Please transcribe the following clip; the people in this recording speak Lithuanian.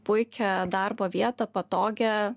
puikią darbo vietą patogią